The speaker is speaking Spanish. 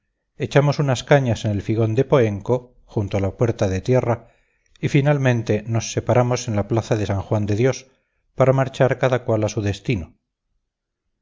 echamos unas cañas en el figón de poenco junto a la puerta de tierra y finalmente nos separamos en la plaza de san juan de dios para marchar cada cual a su destino